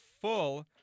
full